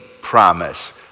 promise